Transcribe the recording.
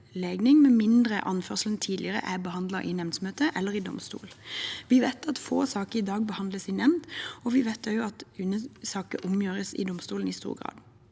med mindre anførselen tidligere er behandlet i nemndsmøte eller i domstol. Vi vet at få saker i dag behandles i nemnd, og vi vet også at UNEs saker ofte omgjøres i domstolen. Jeg